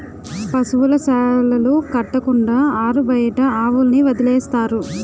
పశువుల శాలలు కట్టకుండా ఆరుబయట ఆవుల్ని వదిలేస్తారు